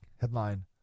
Headline